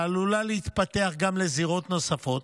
שעלולה להתפתח גם לזירות נוספות,